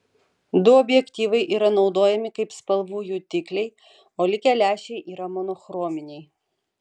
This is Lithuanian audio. du objektyvai yra naudojami kaip spalvų jutikliai o likę lęšiai yra monochrominiai